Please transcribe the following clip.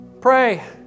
Pray